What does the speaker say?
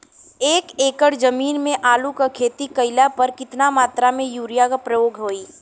एक एकड़ जमीन में आलू क खेती कइला पर कितना मात्रा में यूरिया क प्रयोग होई?